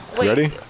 Ready